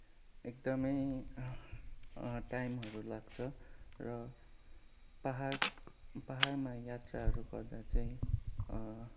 एकदमै टाइमहरू लाग्छ र पाहाड पाहाडमा यात्राहरू गर्दा चाहिँ